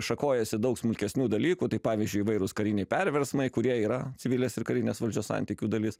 šakojasi daug smulkesnių dalykų tai pavyzdžiui įvairūs kariniai perversmai kurie yra civilės ir karinės valdžios santykių dalis